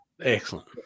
excellent